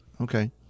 Okay